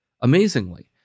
amazingly